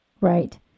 Right